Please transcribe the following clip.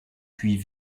puis